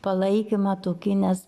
palaikymą tokį nes